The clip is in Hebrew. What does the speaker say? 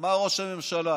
אמר ראש הממשלה,